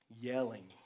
yelling